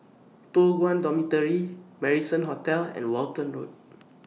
Toh Guan Dormitory Marrison Hotel and Walton Road